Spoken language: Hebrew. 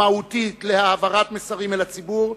המהותית להעברת מסרים אל הציבור,